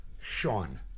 Sean